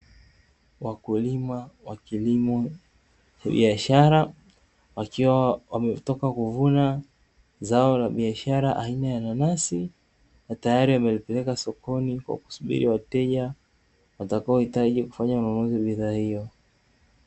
Wakulima wa kilimo cha biashara wakiwa wametoka kuvuna zao la biashara aina ya nanasi, na tayari wamelipeleka sokoni kwa kusubiri wateja watakaohitaji kufanya manunuzi bidhaa hiyo.